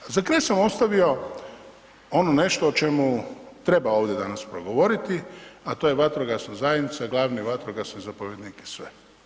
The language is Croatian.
A za kraj sam ostavio ono nešto o čemu treba ovdje danas progovoriti, a to je vatrogasna zajednica, glavni vatrogasni zapovjednik i sve.